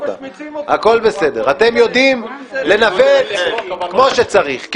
הכול בסדר, אתם יודעים לנווט כמו שצריך.